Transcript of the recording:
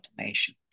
automation